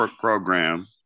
program